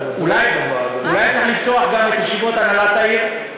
אולי, צריך לפתוח גם את ישיבות הנהלת העיר?